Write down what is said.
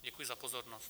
Děkuji za pozornost.